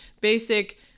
basic